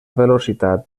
velocitat